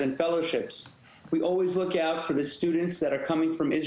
וכאלה שהגיעו מישראל מכל מיני